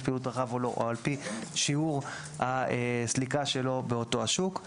פעילות רחב או לא או על פי שיעור הסליקה שלו באותו השוק.